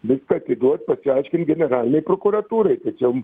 viską atiduot pasiaiškint generalinei prokuratūrai tačiau